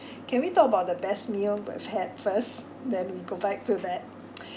can we talk about the best meal we've had first then we go back to that